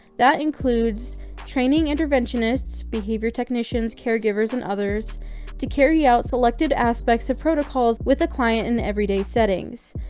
that includes training interventionists, behavior technicians, caregivers, and others to carry out selected aspects of protocols with a client in everyday settings.